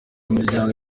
imiryango